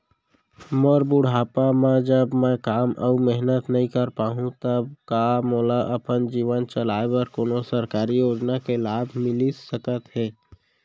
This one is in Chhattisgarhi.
मोर बुढ़ापा मा जब मैं काम अऊ मेहनत नई कर पाहू तब का मोला अपन जीवन चलाए बर कोनो सरकारी योजना के लाभ मिलिस सकत हे?